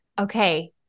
Okay